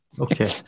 okay